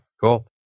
cool